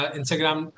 Instagram